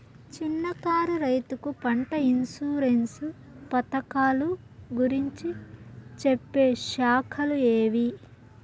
చిన్న కారు రైతుకు పంట ఇన్సూరెన్సు పథకాలు గురించి చెప్పే శాఖలు ఏవి?